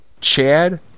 Chad